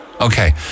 Okay